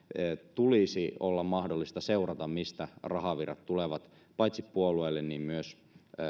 tulisi olla mahdollisuus seurata mistä rahavirrat tulevat paitsi puolueelle myös